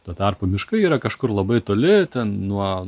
tuo tarpu miškai yra kažkur labai toli nuo